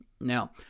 Now